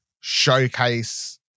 showcase